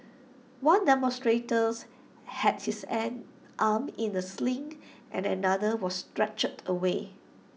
one demonstrators had his an arm in A sling and another was stretchered away